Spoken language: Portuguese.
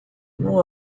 não